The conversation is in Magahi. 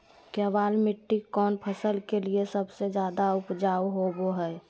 केबाल मिट्टी कौन फसल के लिए सबसे ज्यादा उपजाऊ होबो हय?